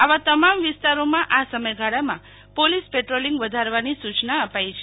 આવા તમામ વિસ્તારોમાં આ સમયગાળામાં પોલીસ પેટ્રોલિંગ વધારવાની સુચના અપાઈ છે